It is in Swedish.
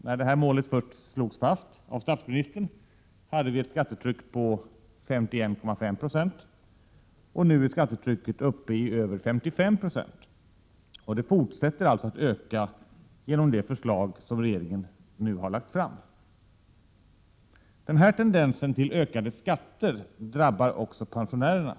När det här målet först slogs fast av statsministern hade vi ett skattetryck på 51,5 20. Nu är skattetrycket uppe i över 55 90, och det fortsätter alltså att öka genom det förslag som regeringen nu har lagt fram. Den här tendensen till ökade skatter drabbar också pensionärerna.